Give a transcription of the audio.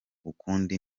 ukundi